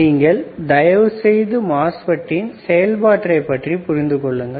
நீங்கள் தயவுசெய்து MOSFETன் செயல்பாட்டை பற்றி புரிந்து கொள்ளுங்கள்